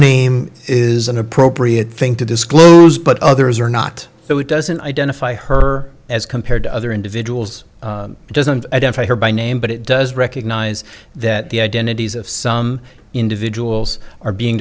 name is an appropriate thing to disclose but others are not so it doesn't identify her as compared to other individuals it doesn't identify her by name but it does recognize that the identities of some individuals are being